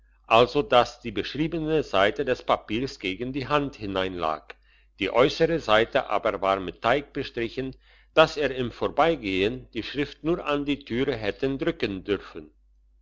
also dass die beschriebene seite des papiers gegen die hand hineinlag die äussere seite aber war mit teig bestrichen dass er im vorbeigehen die schrift nur an die türe hätte drücken dürfen